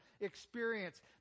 experience